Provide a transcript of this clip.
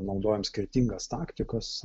naudojam skirtingas taktikas